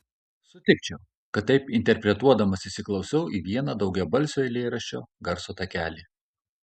sutikčiau kad taip interpretuodamas įsiklausiau į vieną daugiabalsio eilėraščio garso takelį